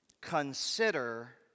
Consider